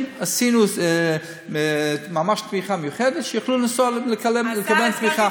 עשינו תמיכה מיוחדת שיוכלו לנסוע לקבל תמיכה.